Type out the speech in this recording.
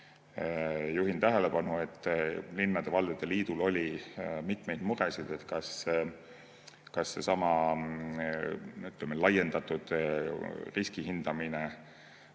Juhin tähelepanu, et linnade ja valdade liidul oli muresid, ega seesama laiendatud riskihindamine